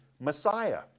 Messiah